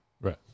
Right